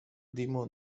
diminuen